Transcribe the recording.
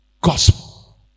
Gospel